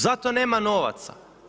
Zato nema novaca.